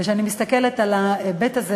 כשאני מסתכלת על ההיבט הזה,